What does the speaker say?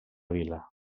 vila